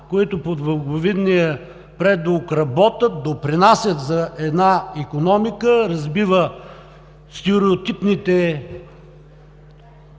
които под благовидния предлог работят, допринасят за една икономика, разбива стереотипните